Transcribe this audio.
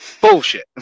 Bullshit